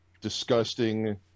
disgusting